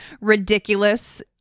ridiculous